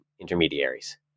intermediaries